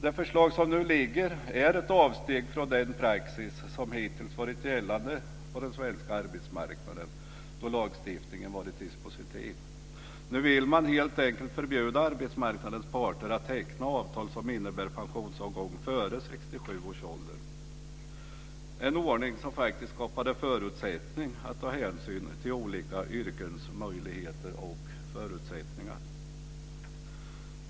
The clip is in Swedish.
Det förslag som nu ligger är ett avsteg från den praxis som hittills varit gällande på den svenska arbetsmarknaden då lagstiftningen varit dispositiv. Nu vill man helt enkelt förbjuda arbetsmarknadens parter att teckna avtal som innebär pensionsavgång före 67 års ålder. Det var en ordning som skapade förutsättning att ta hänsyn till olika yrkens möjligheter och förutsättningar.